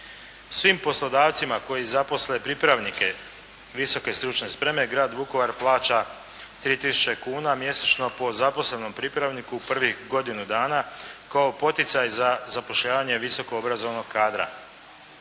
Svim poslodavcima koji zaposle pripravnike visoke stručne spreme grad Vukovar plaća tri tisuće kuna mjesečno po zaposlenom pripravniku prvih godinu dana kao poticaj za zapošljavanje visoko obrazovnog kadra.